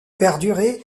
perdurer